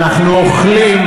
אבל אף מפעל לא נסגר,